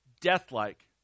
deathlike